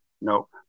nope